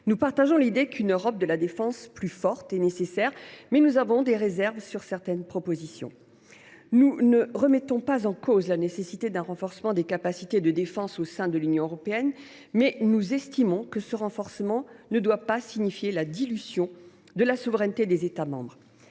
Nous partageons l’idée qu’une Europe de la défense plus forte est nécessaire, mais nous avons des réserves sur certaines propositions. Nous ne remettons pas en cause la nécessité d’un renforcement des capacités de défense au sein de l’Union européenne, mais nous estimons que ce renforcement ne doit pas signifier la dilution de la souveraineté des États membres.